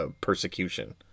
persecution